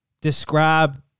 describe